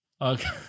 Okay